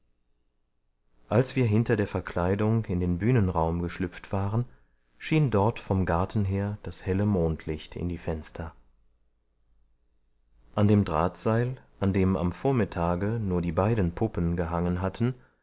als wir hinter der verkleidung in den bühnenraum geschlüpft waren schien dort vom garten her das helle mondlicht in die fenster an dem drahtseil an dem am vormittage nur die beiden puppen gehangen hatten